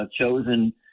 chosen